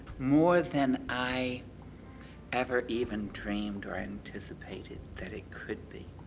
more than i ever even dreamed or anticipated that it could be,